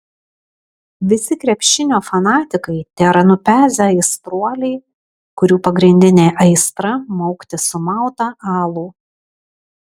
visi krepšinio fanatikai tėra nupezę aistruoliai kurių pagrindinė aistra maukti sumautą alų